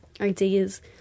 ideas